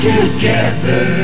Together